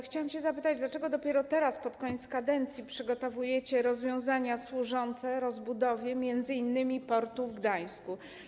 Chciałam zapytać, dlaczego dopiero teraz, pod koniec kadencji, przygotowujecie rozwiązania służące rozbudowie m.in. portu w Gdańsku?